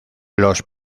los